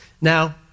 Now